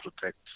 protect